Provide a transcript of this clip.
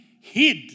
hid